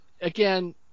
again